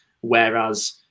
whereas